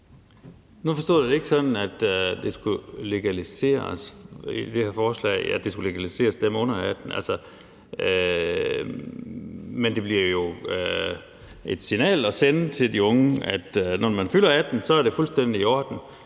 Nu forstod jeg det ikke sådan, at det skulle legaliseres med det her forslag, altså at det skulle legaliseres for dem under 18 år. Men det bliver jo et signal at sende til de unge, at når man fylder 18 år, er det fuldstændig i orden.